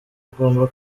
agomba